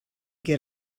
get